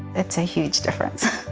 it's a huge difference.